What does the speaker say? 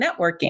networking